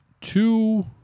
Two